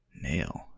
nail